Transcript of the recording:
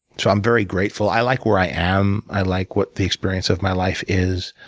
so i'm very grateful. i like where i am. i like what the experience of my life is.